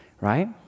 right